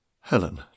Helen